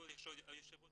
כבוד היושב ראש,